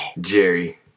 Jerry